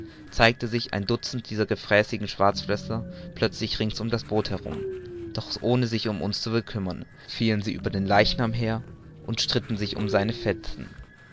zeigte sich ein dutzend dieser gefräßigen schwarzflosser plötzlich rings um das boot herum doch ohne sich um uns zu bekümmern fielen sie über den leichnam her und stritten sich um seine fetzen